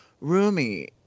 Rumi